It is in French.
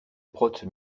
prote